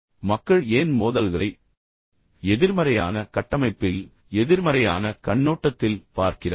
இப்போது மக்கள் ஏன் மோதல்களை எதிர்மறையான கட்டமைப்பில் எதிர்மறையான கண்ணோட்டத்தில் பார்க்கிறார்கள்